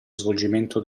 svolgimento